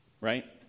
right